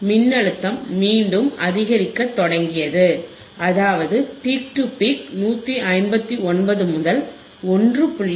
மின்னழுத்தம் மீண்டும் அதிகரிக்கத் தொடங்கியது அதாவது பீக் டு பீக் 159 முதல் 1